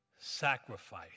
sacrifice